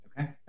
okay